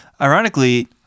Ironically